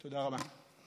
תודה רבה.